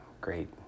great